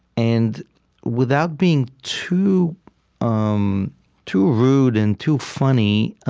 and without being too um too rude and too funny,